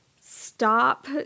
stop